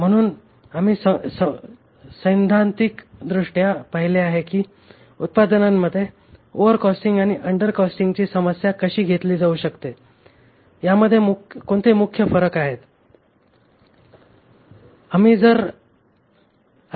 म्हणून आम्ही सैद्धांतिकदृष्ट्या पाहिले आहे की उत्पादनांमध्ये ओव्हरकोस्टिंग आणि अंडरकोस्टिंगची समस्या कशी घेतली जाऊ शकते यामध्ये कोणते मुख्य फरक आहेत